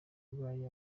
urwaye